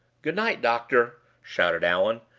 good-night, doctor! shouted allan.